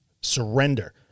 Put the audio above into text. surrender